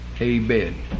Amen